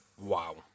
Wow